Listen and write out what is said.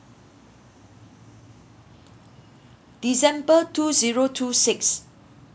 december two zero two six